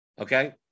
okay